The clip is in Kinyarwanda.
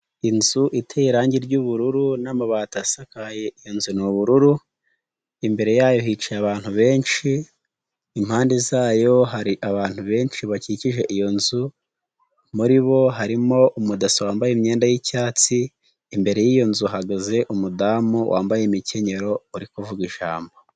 Inzu iteye irangi ry'ubururu n'amabati asakaye inzu ni ubururu, imbere yayo hicaye abantu benshi, impande zayo hari abantu benshi bakikije iyo nzu, muri bo harimo umudaso wambaye imyenda y'icyatsi, imbere y'iyo nzu hahagaze umudamu wambaye imikenyero uri kuvuga ijambo.